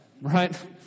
Right